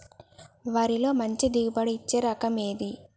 వరిలో మంచి దిగుబడి ఇచ్చే రకం ఏది?